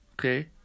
okay